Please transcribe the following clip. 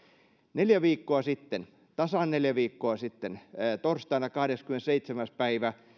neljä viikkoa sitten tasan neljä viikkoa sitten torstaina kahdeskymmenesseitsemäs päivä